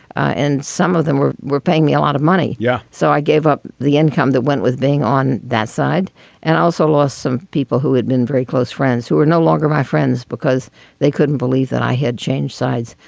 ah and some of them were were paying me a lot of money. yeah. so i gave up the income that went with being on that side and also lost some people who had been very close friends who were no longer my friends because they couldn't believe that i had changed sides.